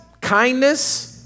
kindness